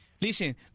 Listen